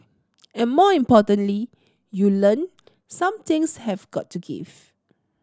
and more importantly you learn some things have got to give